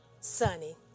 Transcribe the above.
sunny